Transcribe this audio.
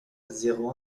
zéro